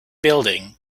building